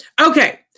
Okay